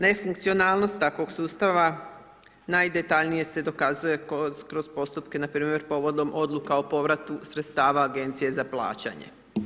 Nefunkcionalnost takvog sustava najdetaljnije se dokazuje kroz postupke npr. povodom odluka o povratu sredstava Agencije za plaćanje.